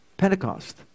Pentecost